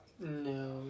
No